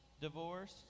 divorce